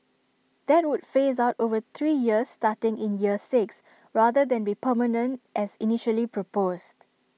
that would phase out over three years starting in year six rather than be permanent as initially proposed